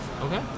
Okay